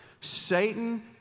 Satan